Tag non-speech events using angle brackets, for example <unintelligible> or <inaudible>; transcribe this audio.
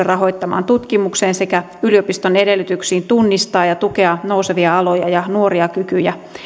<unintelligible> rahoittamaan tutkimukseen sekä yliopiston edellytyksiin tunnistaa ja tukea nousevia aloja ja nuoria kykyjä